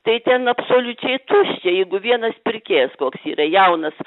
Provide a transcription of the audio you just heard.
tai ten absoliučiai tuščia jeigu vienas pirkėjas koks yra jaunas